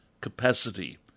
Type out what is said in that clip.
capacity